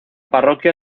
parroquia